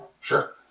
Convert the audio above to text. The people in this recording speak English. Sure